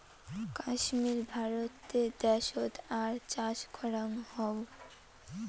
কাশ্মীর ভারতে দ্যাশোত আর চাষ করাং হউ